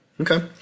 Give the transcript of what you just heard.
Okay